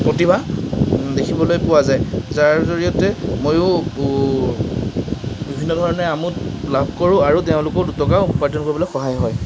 প্ৰতিভা দেখিবলৈ পোৱা যায় যাৰ জৰিয়তে ময়ো বিভিন্ন ধৰণে আমোদ লাভ কৰোঁ আৰু তেওঁলোকো দুটকা উপাৰ্জন কৰিবলৈ সহায় হয়